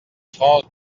france